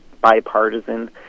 bipartisan